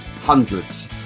Hundreds